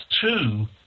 two